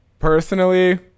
Personally